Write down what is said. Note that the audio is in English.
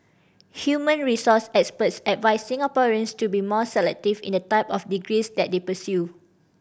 human resource experts advised Singaporeans to be more selective in the type of degrees that they pursue